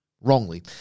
wrongly